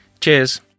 Cheers